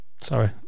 sorry